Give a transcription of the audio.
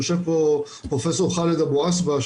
יושב פה פרופ' ח'אלד אבו עסבה,